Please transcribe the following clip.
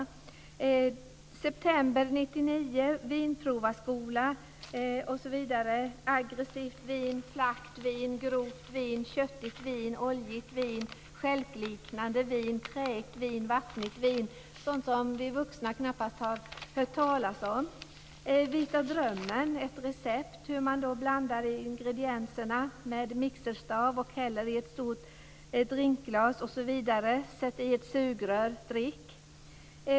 I september 1999 står i en tidning: "Vinprovarskola! Aggressivt vin, flackt vin, grovt vin, köttigt vin, oljigt vin, stjälkliknande vin, träigt vin, vattnigt vin." Det är sådant vi vuxna knappast har hört talas om. "Vita drömmen" är ett recept på hur man blandar ingredienserna med mixerstav och häller i ett drinkglas, osv. "Sätt i ett sugrör, drick!"